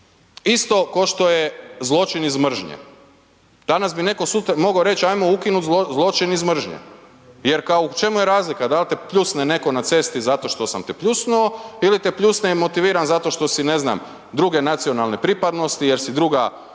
Isto ko što je zločin iz mržnje. Danas bi netko sutra mogao reć ajmo ukinut zločin iz mržnje jer kao u čemu je razlika? Da li te pljusne netko na cesti zato što sam te pljusnuo ili te pljusne motiviran zato što si druge nacionalne pripadnosti, jer si druga